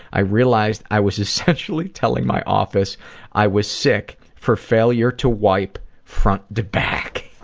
i realized i was essentially telling my office i was sick for failure to wipe front to back.